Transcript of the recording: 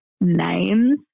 names